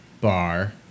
bar